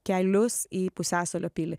kelius į pusiasalio pilį